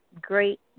great